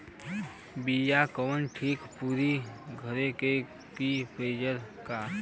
बिया कवन ठीक परी घरे क की बजारे क?